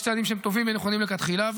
יש צעדים שהם טובים ונכונים מלכתחילה,